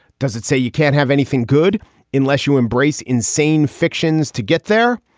does it say you can't have anything good unless you embrace insane fictions to get there?